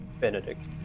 Benedict